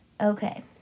okay